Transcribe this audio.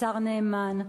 השר נאמן,